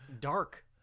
Dark